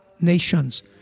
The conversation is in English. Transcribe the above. nations